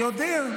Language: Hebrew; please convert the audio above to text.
אני יודע.